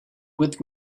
with